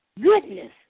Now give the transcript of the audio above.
goodness